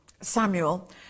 Samuel